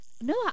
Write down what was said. no